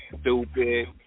stupid